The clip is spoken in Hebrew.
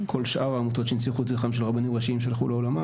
שאר העמותות שהנציחו את זכרם של רבנים ראשיים שהלכו לעולמם,